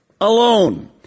alone